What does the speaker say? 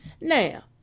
Now